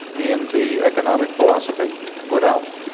in the economic philosophy put out.